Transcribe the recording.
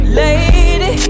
lady